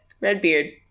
Redbeard